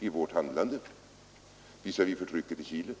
i vårt handlande visavi förtrycket i Chile.